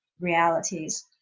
realities